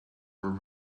were